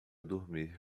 dormir